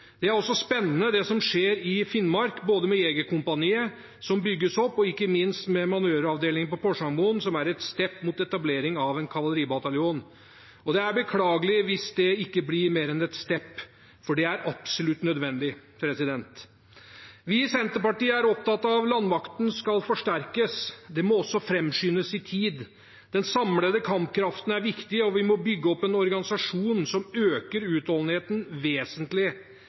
Det er også spennende det som skjer i Finnmark, med både Jegerkompaniet som bygges opp, og ikke minst med manøveravdelingen på Porsangermoen, som er et step mot etablering av en kavaleribataljon. Det er beklagelig hvis det ikke blir mer enn et step, for det er absolutt nødvendig. Vi i Senterpartiet er opptatt av at landmakten skal forsterkes. Det må også framskyndes i tid. Den samlede kampkraften er viktig, og vi må bygge opp en organisasjon som øker utholdenheten vesentlig.